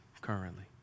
currently